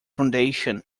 foundation